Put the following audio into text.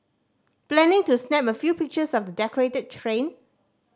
planning to snap a few pictures of the decorated train